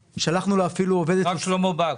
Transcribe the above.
הרב שלמה בקשט.